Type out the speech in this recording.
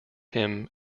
him